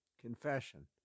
Confession